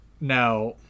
Now